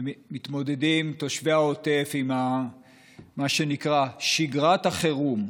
שבהן מתמודדים תושבי העוטף עם מה שנקרא "שגרת החירום".